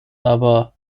aber